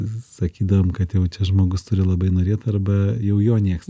sakydavom kad jau čia žmogus turi labai norėt arba jau jo nieks